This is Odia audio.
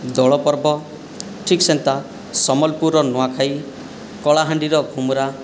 ଦୋଳ ପର୍ବ ଠିକ୍ ସେମିତିଆ ସମ୍ୱଲପୁରର ନୂଆଁଖାଇ କଳାହାଣ୍ଡିର ଘୁମୁରା